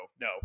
no